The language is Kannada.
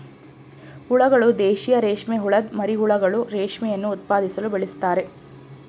ಹುಳಗಳು ದೇಶೀಯ ರೇಷ್ಮೆಹುಳದ್ ಮರಿಹುಳುಗಳು ರೇಷ್ಮೆಯನ್ನು ಉತ್ಪಾದಿಸಲು ಬೆಳೆಸ್ತಾರೆ